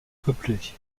peuplées